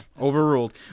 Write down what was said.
Overruled